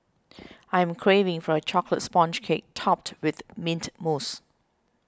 I am craving for a Chocolate Sponge Cake Topped with Mint Mousse